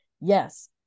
yes